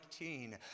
19